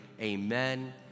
amen